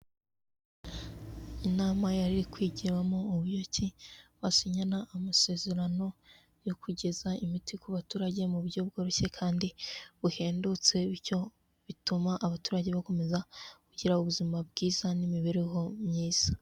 Inama yari kwigiramo uburyo basinyana amasezerano yo kugeza imiti ku baturage mu buryo bworoshye, kandi buhendutse, bityo bituma abaturage bakomeza kugira ubuzima bwiza n'imibereho myiza.